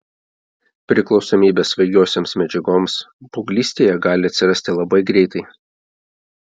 priklausomybė svaigiosioms medžiagoms paauglystėje gali atsirasti labai greitai